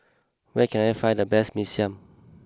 where can I find the best Mee Siam